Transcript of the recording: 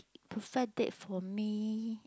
perfect date for me